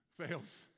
Fails